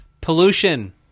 pollution